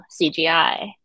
CGI